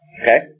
Okay